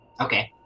Okay